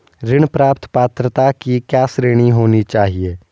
ऋण प्राप्त पात्रता की क्या श्रेणी होनी चाहिए?